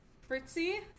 Fritzy